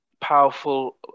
powerful